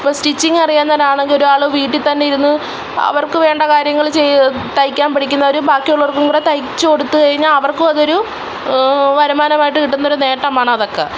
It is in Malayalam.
ഇപ്പോൾ സ്റ്റിച്ചിങ്ങറിയാവുന്നവരാണെങ്കിൽ ഒരാൾ വീട്ടിൽത്തന്നെ ഇരുന്ന് അവർക്ക് വേണ്ട കാര്യങ്ങൾ ചെയ്ത് തയ്ക്കാൻ പഠിക്കുന്നവർ ബാക്കിയുള്ളവർക്കും കൂടെ തയ്ച്ച് കൊടുത്ത് കഴിഞ്ഞാൽ അവർക്കും അതൊരു വരുമാനമായിട്ട് കിട്ടുന്നൊരു നേട്ടമാണതൊക്കെ